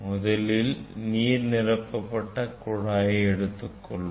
முதலில் நாம் நீர் நிரப்பப்பட்ட குழாயை எடுத்துக் கொள்வோம்